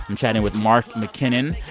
i'm chatting with mark mckinnon.